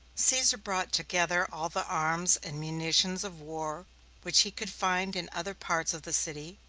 caesar brought together all the arms and munitions of war which he could find in other parts of the city,